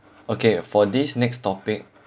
okay for this next topic